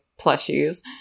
plushies